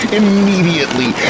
immediately